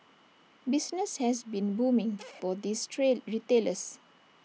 business has been booming for these retailers